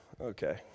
Okay